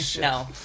No